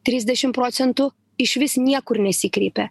trisdešim procentų išvis niekur nesikreipia